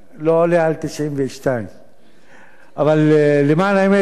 לא עולה על 92. למען האמת,